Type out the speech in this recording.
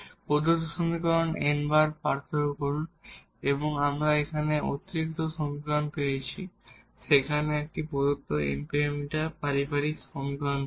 প্রদত্ত সমীকরণ n বার পার্থক্য করুন এবং আমরা একটি অতিরিক্ত সমীকরণ পেয়েছি সেখানে একটি প্রদত্ত n প্যারামিটার ফ্যামিলি সমীকরণ ছিল